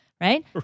right